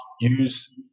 use